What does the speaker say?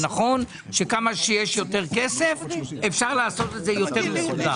זה נכון שכמה שיש יותר כסף אפשר לעשות את זה יותר מסודר.